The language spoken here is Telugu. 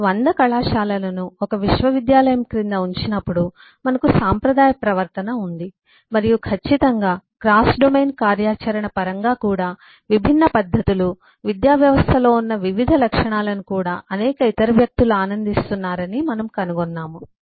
మీరు 100 కళాశాలలను ఒక విశ్వవిద్యాలయం క్రింద ఉంచినప్పుడు మనకు సాంప్రదాయ ప్రవర్తన ఉంది మరియు ఖచ్చితంగా క్రాస్ డొమైన్ కార్యాచరణ పరంగా కూడా విభిన్న పద్ధతులు విద్యావ్యవస్థలో ఉన్న వివిధ లక్షణాలను కూడా అనేక ఇతర వ్యక్తులు ఆనందిస్తున్నారని మనము కనుగొన్నాము